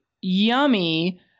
yummy